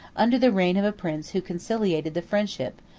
under the reign of a prince who conciliated the friendship,